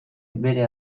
beren